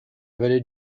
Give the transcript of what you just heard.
vallée